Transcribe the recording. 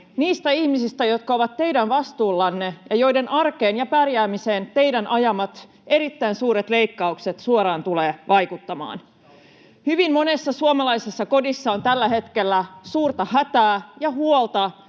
niistä ihmisistä, jotka ovat teidän vastuullanne ja joiden arkeen ja pärjäämiseen teidän ajamanne erittäin suuret leik-kaukset suoraan tulevat vaikuttamaan. Hyvin monessa suomalaisessa kodissa on tällä hetkellä suurta hätää ja huolta